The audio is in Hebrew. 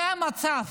זה המצב.